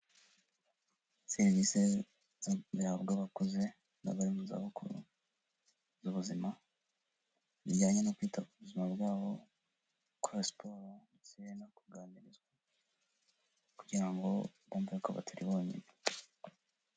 Serivisi zihabwa abakozi bari mu zabukuru z'ubuzima zijyanye no kwita ku buzima bwabo gukora siporo ndetse no kuganirizwa kugira ngo bumve ko batari bonyine.